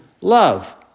love